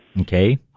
Okay